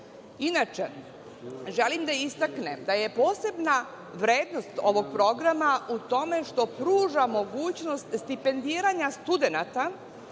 želim da istaknem da je posebna vrednost ovog programa u tome što pruža mogućnost stipendiranja studenata